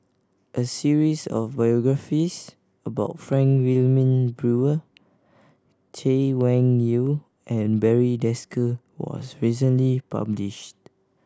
a series of biographies about Frank Wilmin Brewer Chay Weng Yew and Barry Desker was recently published